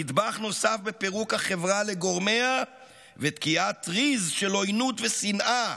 נדבך נוסף בפירוק החברה לגורמיה ותקיעת טריז של עוינות ושנאה